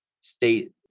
state